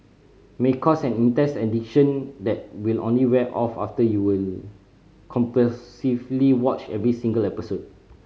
may cause an intense addiction that will only wear off after you were compulsively watched every single episode